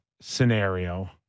scenario –